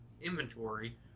inventory